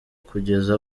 kugeza